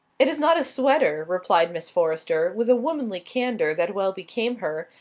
it is not a sweater, replied miss forrester, with a womanly candour that well became her.